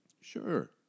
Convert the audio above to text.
Sure